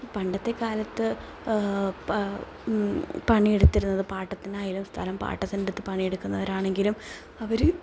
പണ്ടത്തെക്കാലത്ത് പണിയെടുത്തിരുന്നത് പാട്ടത്തിനായാലും സ്ഥലം പാട്ടത്തിനെടുത്ത് പണിയെടുക്കുന്നവരാണെങ്കിലും അവർ